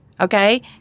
Okay